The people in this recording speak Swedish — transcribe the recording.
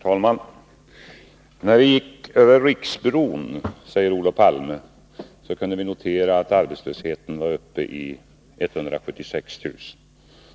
Herr talman! När vi gick över Riksbron, säger Olof Palme, kunde vi notera att arbetslösheten var uppe i 176 000.